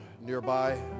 nearby